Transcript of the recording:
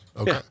Okay